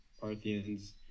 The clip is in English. Parthians